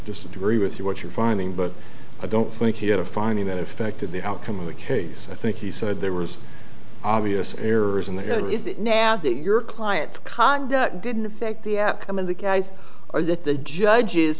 disagree with you what you're finding but i don't think he had a finding that affected the outcome of the case i think he said there was obvious errors in the air is it now that your client's conduct didn't affect the outcome of the